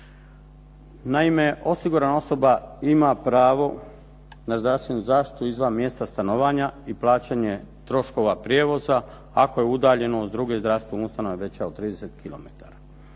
Naime, osigurana osoba ima pravo na zdravstvenu zaštitu izvan mjesta stanovanja i plaćanje troškova prijevoza, ako je udaljenost druge zdravstvene ustanove veća od 30